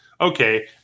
okay